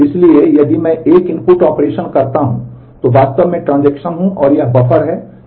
इसलिए यदि मैं एक इनपुट ऑपरेशन करता हूं तो मैं वास्तव में ट्रांस हूं और यह बफर है यह सिस्टम बफर है